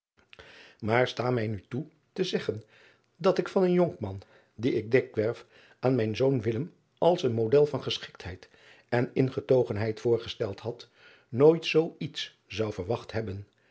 maar sta mij nu toe te zeggen dat ik van een jongman dien ik dikwerf aan mijn zoon als een model van geschiktheid en ingetogenheid voorgesteld had nooit zoo iets zou verwacht hebben